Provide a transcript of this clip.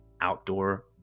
Outdoor